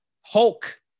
Hulk